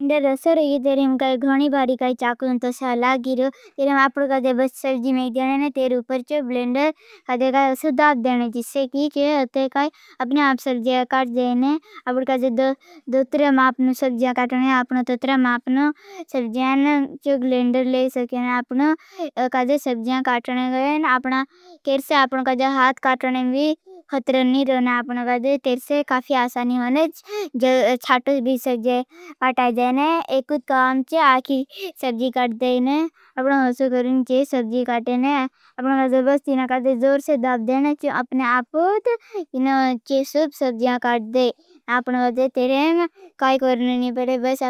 रेफ्रिजरेटर घणी मारी गई क्या करूं तो साला गिर गए। बस सर जी मैंने तेरे ऊपर चलेगा सुधार देना। जिससे कि अपने आप चल गया। काट देना मुझे प्रेमा अपनी सजा काटने। अपना चेतराम आपने जो ग्लेंडले सचिन आप ना दे सजा काटने गए। ना फिर से आप उनका जब हाथ का प्रवेश पत्र नहीं बना। बना कर देते से काफी आसानी वाले जल्दी से हटाया जाए। कुछ काम था कि कर देना ओके सर जी का सीना का जोर से दर्द देने से अपने आप को सजा काट दे दे। तेरे बस